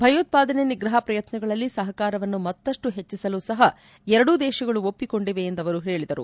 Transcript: ಭಯೋತ್ಸಾದನೆ ನಿಗ್ರಹ ಪ್ರಯತ್ನಗಳಲ್ಲಿ ಸಹಕಾರವನ್ನು ಮತ್ತಷ್ಟು ಹೆಚ್ಚಿಸಲೂ ಸಹ ಎರಡೂ ದೇಶಗಳು ಒಪ್ಸಿಕೊಂಡಿವೆ ಎಂದು ಅವರು ಹೇಳಿದರು